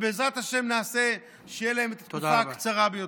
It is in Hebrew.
ובעזרת השם, נעשה שתהיה להם התקופה הקצרה ביותר.